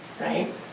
right